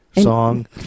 song